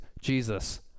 Jesus